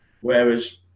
whereas